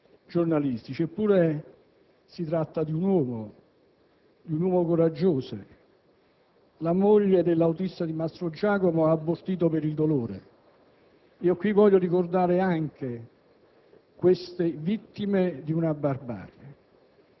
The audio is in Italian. giornalistici, eppure si tratta di un uomo, di un uomo coraggioso. La moglie dell'autista di Mastrogiacomo ha abortito per il dolore. Io qui voglio ricordare anche queste vittime della barbarie